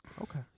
okay